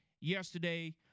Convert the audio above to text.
yesterday